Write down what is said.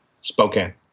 Spokane